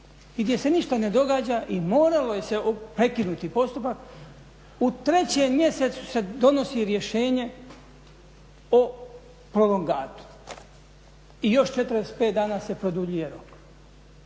i gdje se ništa ne događa i moralo se prekinuti postupak. U 3. mjesecu se donosi rješenje o prolongatu i još 45 dana se produljuje rok.